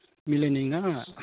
मिलायनाय नङा आंहा